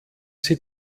sie